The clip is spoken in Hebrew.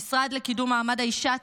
המשרד לקידום מעמד האישה,